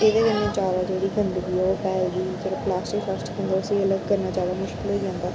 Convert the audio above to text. एह्दे कन्नै ज्यादा जेह्ड़ी गंदगी ओह् फैलदी जेह्ड़ा प्लास्टिक शास्टिक ऐ उसी अलग करना ज्यादा मुश्कल होई जंदा